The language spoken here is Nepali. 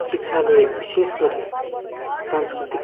शिक्षाले विशेष गरि सांस्कृतिक